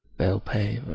they'll pay